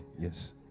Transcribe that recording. Yes